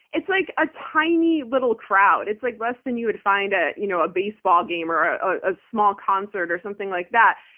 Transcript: it's like a tiny little crowd. it's like less than you would find at you know a baseball or ah a small concert or something like that.